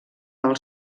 del